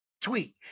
tweet